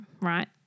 right